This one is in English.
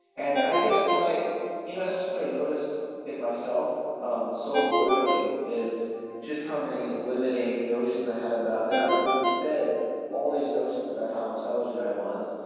and i think that's what i you know so what i noticed it myself um so clearly is just how many limiting notions i had about, that i was being fed all these notions about how intelligent i was,